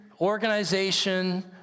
organization